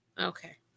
Okay